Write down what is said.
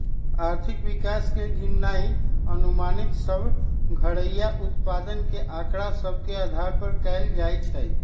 आर्थिक विकास के गिननाइ अनुमानित सभ घरइया उत्पाद के आकड़ा सभ के अधार पर कएल जाइ छइ